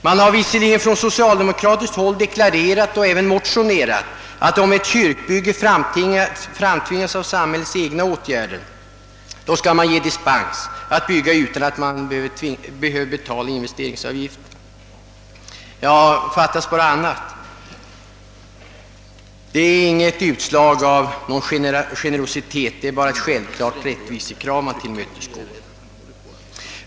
Man har visserligen från socialdemokratiskt håll deklarerat även i motioner — att om ett kyrkbygge framtvingas av samhällets egna åtgärder skall man få dispens att bygga utan att behöva betala investeringsavgift. Ja, fattas bara annat! Det är inte något utslag av generositet, det är bara ett självklart rättvisekrav som tillmötesgås.